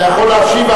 אתה יכול להשיב,